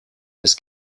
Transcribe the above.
des